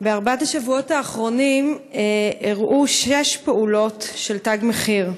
בארבעת השבועות האחרונים אירעו שש פעולות של תג מחיר.